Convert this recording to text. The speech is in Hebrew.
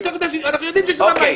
אנחנו יודעים שיש רמאים.